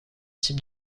type